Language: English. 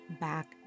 back